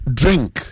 drink